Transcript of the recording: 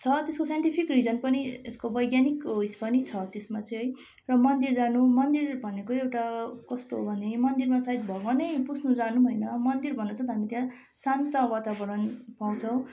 छ त्यसको scientific reason पनि यसको वैज्ञानिक उयस पनि छ त्यसमा चाहिँ र मन्दिर जानु मन्दिर भनेको एउटा कस्तो हो भने मन्दिरमा सायद भगवानै पुज्नु जानुभएन मन्दिर भन्दा साथ हामी त्यहाँ शान्त वातावरण पाउँछौँ